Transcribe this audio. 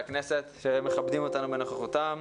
שלום לחברי הכנסת שמכבדים אותנו בנוכחותם.